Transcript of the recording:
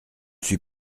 suis